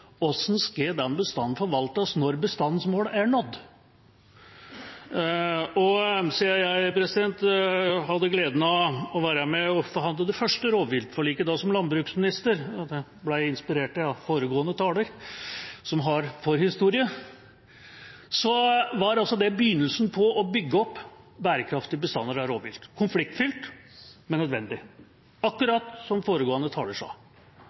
Hvordan skal denne bestanden forvaltes når bestandsmålet er nådd? Siden jeg hadde gleden av å være med og forhandle fram det første rovviltforliket, da som landbruksminister – jeg ble inspirert av foregående taler, som har forhistorie – var det begynnelsen på å bygge opp bærekraftige bestander av rovvilt. Konfliktfylt, men nødvendig – akkurat som foregående taler sa.